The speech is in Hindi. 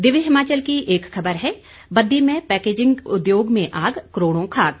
दिव्य हिमाचल की एक खबर है बद्दी में पैकेजिंग उद्योग में आग करोड़ों खाक